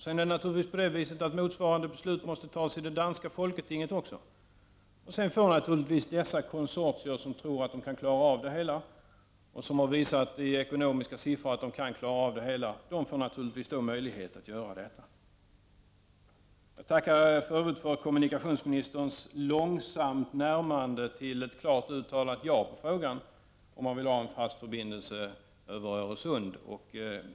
Sedan måste naturligtvis motsvarande beslut också fattas i det danska folketinget. Därefter får de konsortier som tror att de kan klara av detta, och som med ekonomiska kalkyler har visat att de kan klara av det, möjlighet att genomföra projektet. Jag tackar för övrigt för kommunikationsministerns långsamma närmande till ett klart uttalat ja som svar på frågan om han vill ha en fast förbindelse över Öresund.